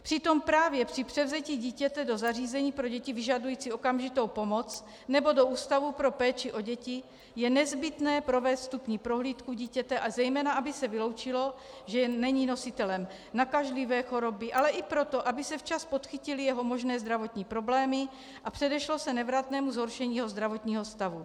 Přitom právě při převzetí dítěte do zařízení pro děti vyžadující okamžitou pomoc nebo do ústavu pro péči o děti je nezbytné provést vstupní prohlídku dítěte zejména, aby se vyloučilo, že není nositelem nakažlivé choroby, ale i proto, aby se včas podchytily jeho možné zdravotní problémy a předešlo se nevratnému zhoršení jeho zdravotního stavu.